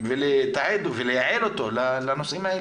ולייעד אותו לנושאים האלה.